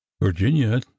Virginia